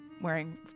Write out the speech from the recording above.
wearing